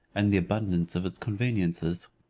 and the abundance of its conveniences.